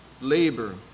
labor